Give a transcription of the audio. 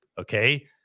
okay